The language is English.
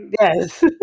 Yes